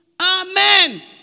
Amen